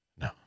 no